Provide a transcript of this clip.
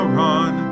run